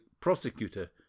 prosecutor